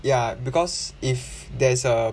ya because if there is a